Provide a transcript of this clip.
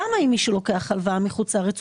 למה אם מישהו לוקח הלוואה מחו"ל הוא